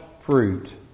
fruit